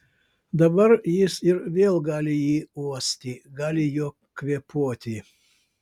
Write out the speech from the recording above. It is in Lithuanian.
dabar jis ir vėl gali jį uosti gali juo kvėpuoti